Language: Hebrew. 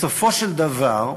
בסופו של דבר,